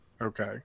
Okay